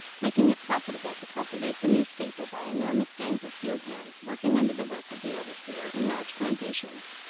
making it profitable to cultivate the new staple by enormous gangs of field hands working under the whip of the overseer in large plantations.